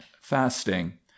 fasting